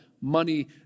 money